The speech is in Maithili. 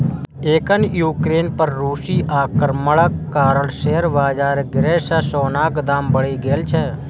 एखन यूक्रेन पर रूसी आक्रमणक कारण शेयर बाजार गिरै सं सोनाक दाम बढ़ि गेल छै